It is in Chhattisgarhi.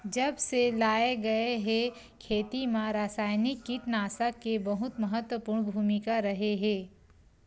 जब से लाए गए हे, खेती मा रासायनिक कीटनाशक के बहुत महत्वपूर्ण भूमिका रहे हे